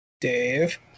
Dave